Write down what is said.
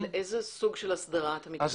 לאיזה סוג של הסדרה את המתכוון?